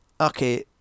Okay